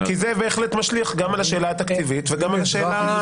כי זה בהחלט משליך גם על השאלה התקציבית וגם על השאלה המידתית.